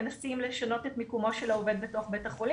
מנסים לשנות את מיקומו של העובד בתוך בית החולים.